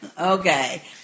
Okay